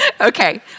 Okay